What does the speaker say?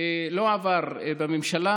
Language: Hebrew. לא עבר בממשלה,